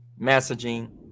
messaging